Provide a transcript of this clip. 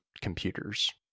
computers